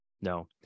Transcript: No